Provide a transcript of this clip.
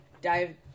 dive